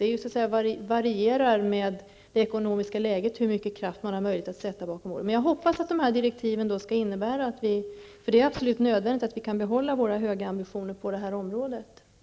Möjligheterna att sätta kraft bakom orden varierar med det ekonomiska läget, men jag hoppas att direktiven innebär att vi kommer att kunna behålla våra höga ambitioner på detta område. Det är absolut nödvändigt.